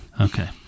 Okay